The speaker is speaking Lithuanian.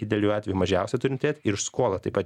idealiu atveju mažiausia turim tėt ir skolą taip pat